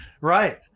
Right